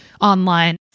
online